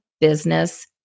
Business